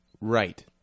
Right